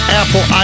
Apple